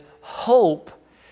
hope